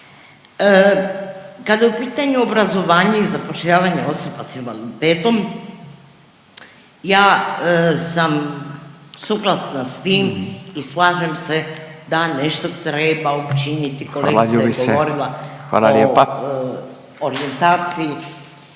Kad je u pitanju obrazovanje i zapošljavanje osoba s invaliditetom, ja sam suglasna s tim i slažem se da nešto treba učiniti, … .../Upadica: Hvala,